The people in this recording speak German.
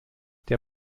der